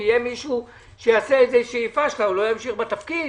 אם יהיה מישהו שיעשה פשלה, הוא ימשיך בתפקיד?